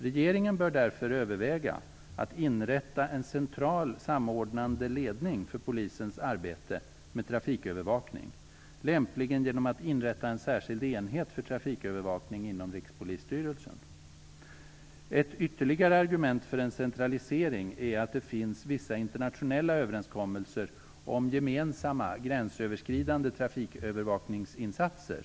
Regeringen bör därför överväga att inrätta en central, samordnande ledning för polisens arbete med trafikövervakning, lämpligen genom att inrätta en särskild enhet för trafikövervakning inom Rikspolisstyrelsen. Ett ytterligare argument för en centralisering är att det finns vissa internationella överenskommelser om gemensamma, gränsöverskridande trafikövervakningsinsatser.